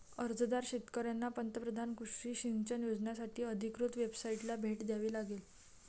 अर्जदार शेतकऱ्यांना पंतप्रधान कृषी सिंचन योजनासाठी अधिकृत वेबसाइटला भेट द्यावी लागेल